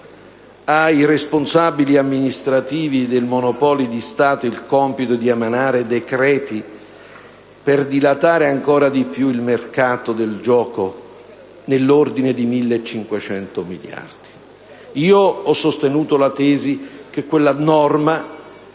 ai responsabili amministrativi dei Monopoli di Stato il compito di emanare decreti per dilatare ancora di più il mercato del gioco. Ho sostenuto la tesi che quella norma